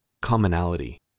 commonality